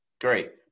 great